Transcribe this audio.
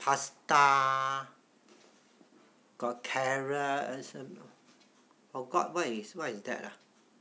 pasta got carrot for~ forgot what is that uh